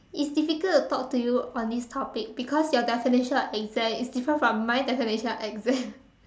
it's difficult to talk to you on this topic because your definition of exam is different from my definition of exam